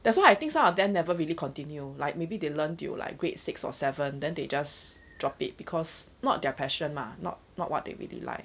that's why I think some of them never really continue like maybe they learn till like grade six or seven then they just drop it because not their passion lah not not what they really like